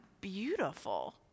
beautiful